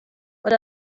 what